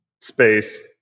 space